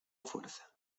fuerza